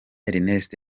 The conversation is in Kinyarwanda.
ernest